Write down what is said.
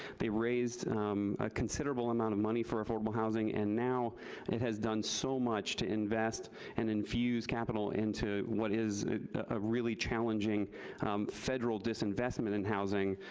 they raised a considerable amount of money for affordable housing and now it has done so much to invest and infuse capital into what is a really challenging federal disinvestment in housing.